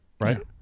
right